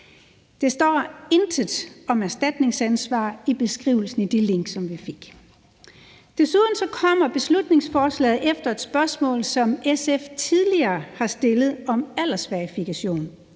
Der står intet om erstatningsansvar i beskrivelsen i det link, som vi fik. Desuden kommer beslutningsforslaget efter et spørgsmål, som SF tidligere har stillet, om aldersverifikation,